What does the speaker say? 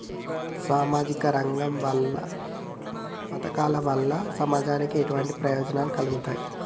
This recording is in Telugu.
సామాజిక రంగ పథకాల వల్ల సమాజానికి ఎటువంటి ప్రయోజనాలు కలుగుతాయి?